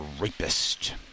rapist